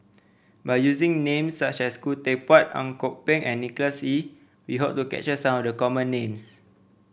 by using names such as Khoo Teck Puat Ang Kok Peng and Nicholas Ee we hope to capture some of the common names